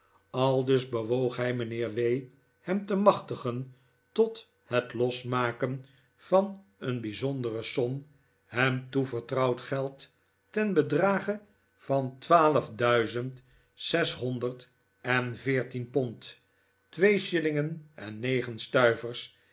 aldus bewoog hij mijnheer w hem te machtigen tot het losmaken van een bijzondere som hem toevertrouwd geld ten bedrage van twaalfduizend zeshonderd en veertien pond twee shillingen en negen stuivers